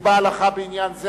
ונקבע הלכה בעניין זה.